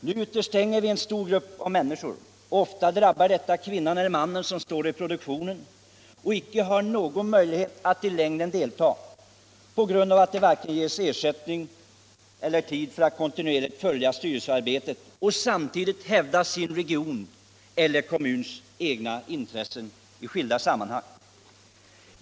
Nu utestänger vi en stor grupp av människor, och ofta drabbar detta kvinnan eller mannen som står i produktionen och icke har någon möjlighet att i längden delta på grund av att det varken ges tid eller ersättning för att kontinuerligt följa styrelsearbetet och samtidigt hävda sin regions eller kommuns intressen i skilda sammanhang.